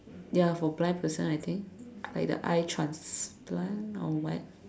ya for blind person I think like the eye transplant or what